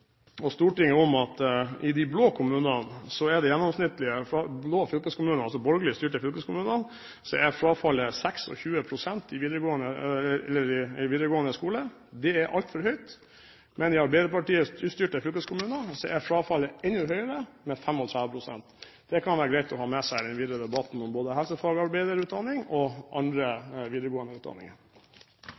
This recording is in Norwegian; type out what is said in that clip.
og fylkestingsvalgår, å minne statsråden og Stortinget om at i de blå fylkeskommunene – de borgerlig styrte fylkeskommunene – er frafallet i videregående skole på 26 pst. Det er altfor høyt. Men i arbeiderpartistyrte fylkeskommuner er frafallet enda høyere, på 35 pst. Det kan være greit å ha det med seg i den videre debatten om både helsefagarbeiderutdanning og andre videregående utdanninger.